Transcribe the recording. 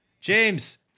James